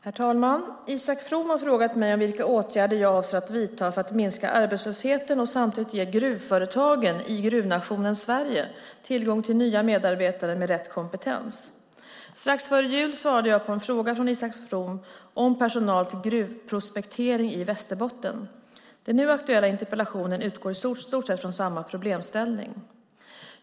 Herr talman! Isak From har frågat mig vilka åtgärder jag avser att vidta för att minska arbetslösheten och samtidigt ge gruvföretagen i gruvnationen Sverige tillgång till nya medarbetare med rätt kompetens. Strax före jul svarade jag på en fråga från Isak From om personal till gruvprospektering i Västerbotten. Den nu aktuella interpellationen utgår i stort sett från samma problemställning.